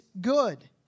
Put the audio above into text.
good